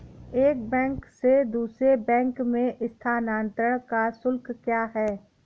एक बैंक से दूसरे बैंक में स्थानांतरण का शुल्क क्या है?